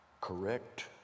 Correct